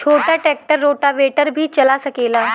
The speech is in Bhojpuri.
छोटा ट्रेक्टर रोटावेटर भी चला सकेला?